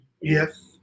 Yes